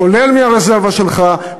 כולל מהרזרבה שלך,